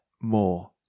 more